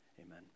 amen